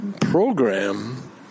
program